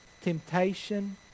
temptation